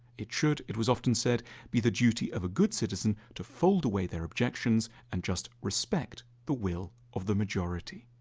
it should it was often said be the duty of a good citizen to fold away their objections and just respect the will of the majority.